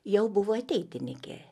jau buvo ateitininkė